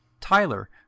Tyler